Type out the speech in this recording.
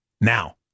now